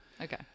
Okay